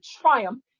triumph